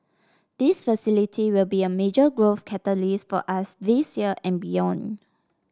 this facility will be a major growth catalyst for us this year and beyond